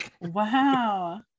Wow